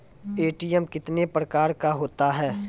ATM कितने प्रकार का होता हैं?